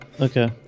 okay